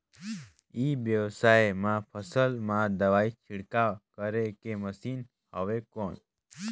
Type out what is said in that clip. ई व्यवसाय म फसल मा दवाई छिड़काव करे के मशीन हवय कौन?